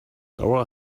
dora